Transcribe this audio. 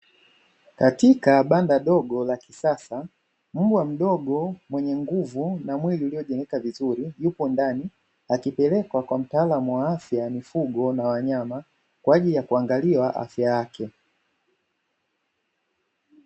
Katika banda dogo la kisasa, mbwa mdogo mwenye nguvu na mwili uliojengeka vizuri yupo ndani, akipelekwa kwa mtaalamu wa afya na mifugo na wanyama kwa ajili ya kuangaliwa afya yake.